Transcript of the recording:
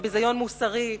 זה ביזיון מוסרי,